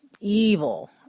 Evil